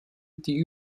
die